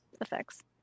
effects